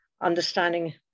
understanding